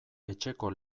etxeko